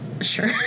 Sure